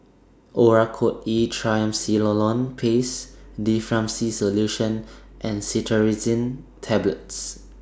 Oracort E Triamcinolone Paste Difflam C Solution and Cetirizine Tablets